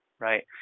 right